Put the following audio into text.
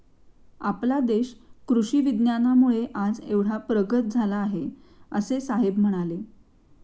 आपला देश कृषी विज्ञानामुळे आज एवढा प्रगत झाला आहे, असे साहेब म्हणाले